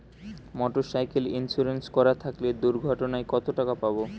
Motorcycle insurance করা থাকলে দুঃঘটনায় কতটাকা পাব?